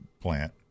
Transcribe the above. plant